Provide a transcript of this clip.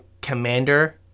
Commander